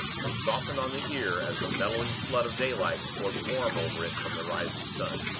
and softened on the ear as the mellowing flood of daylight poured warm over it from the rising sun.